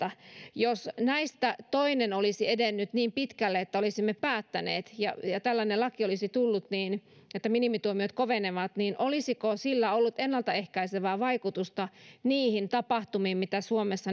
jos näistä toinen olisi edennyt niin pitkälle että olisimme päättäneet ja ja tällainen laki olisi tullut että minimituomiot kovenevat niin olisiko sillä ollut ennaltaehkäisevää vaikutusta niihin tapahtumiin mitä suomessa